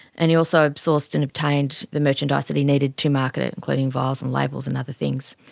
and he also sourced and obtained the merchandise that he needed to market it, including vials and labels and other things.